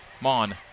Mon